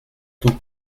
tout